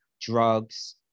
drugs